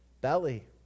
Belly